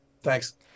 Thanks